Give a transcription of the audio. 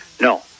No